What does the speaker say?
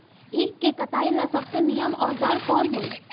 ईख के कटाई ला सबसे नीमन औजार कवन होई?